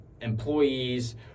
employees